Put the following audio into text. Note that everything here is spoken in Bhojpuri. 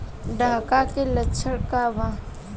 डकहा के लक्षण का वा?